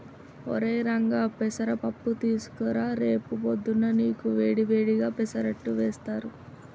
ఒరై రంగా పెసర పప్పు తీసుకురా రేపు పొద్దున్నా నీకు వేడి వేడిగా పెసరట్టు వేస్తారు